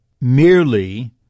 merely